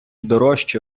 дорожче